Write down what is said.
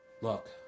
Look